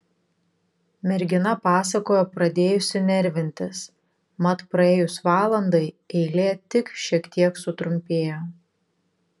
mergina pasakojo pradėjusi nervintis mat praėjus valandai eilė tik šiek tiek sutrumpėjo